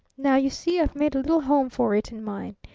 now, you see, i've made a little home for it in mine.